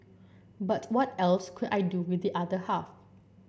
but what else could I do with the other half